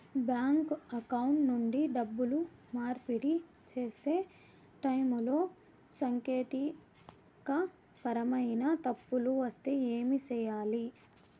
bank account నుండి డబ్బులు మార్పిడి సేసే టైములో సాంకేతికపరమైన తప్పులు వస్తే ఏమి సేయాలి